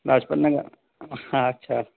लाजपत नगर हा अच्छा